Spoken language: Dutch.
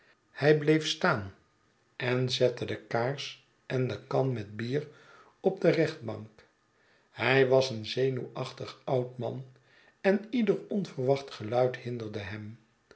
hij bleef staan en zette de kaars en de kan met bier op de rechtbank hij was een zenuwachtig oud man en ieder onverwacht geluid hinderde hem